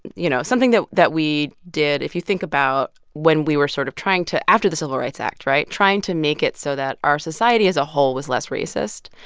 you know, something that that we did. if you think about when we were sort of trying to after the civil rights act right? trying to make it so that our society as a whole was less racist,